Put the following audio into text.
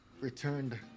returned